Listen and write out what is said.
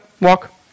Walk